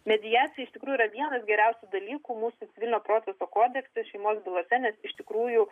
mediacija iš tikrųjų yra vienas geriausių dalykų mūsų civilinio proceso kodekse šeimos bylose nes iš tikrųjų